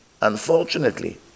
unfortunately